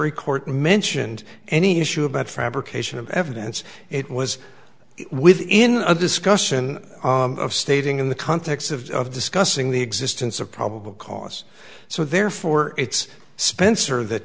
court mentioned any issue about fabrication of evidence it was within a discussion of stating in the context of discussing the existence of probable cause so therefore it's spencer that